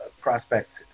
prospects